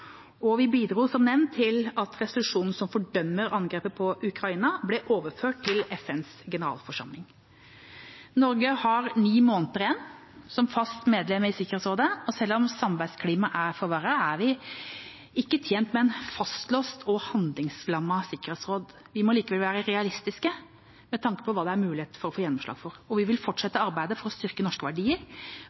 og vi bidro som nevnt til at resolusjonen som fordømmer angrepet på Ukraina, ble overført til FNs generalforsamling. Norge har ni måneder igjen som valgt medlem i Sikkerhetsrådet. Selv om samarbeidsklimaet er forverret, er vi ikke tjent med et fastlåst og handlingslammet sikkerhetsråd. Vi må likevel være realistiske med tanke på hva det er mulig å få gjennomslag for. Vi vil fortsette arbeidet for å styrke norske verdier,